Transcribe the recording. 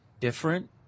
different